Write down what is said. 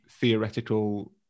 theoretical